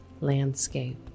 landscape